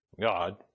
God